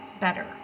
better